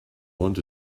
want